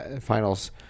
finals